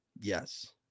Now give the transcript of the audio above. yes